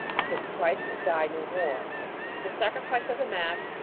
because christ can die no more but the sacrifice of the mass,